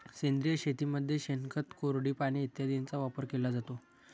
सेंद्रिय शेतीमध्ये शेणखत, कोरडी पाने इत्यादींचा वापर केला जातो